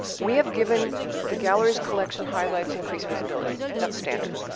we have given the gallery's collection highlights increase visibility. that's standard.